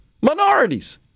minorities